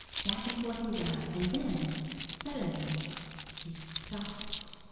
back and forth he ran, and then suddenly he stopped.